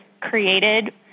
created